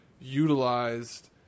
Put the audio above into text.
utilized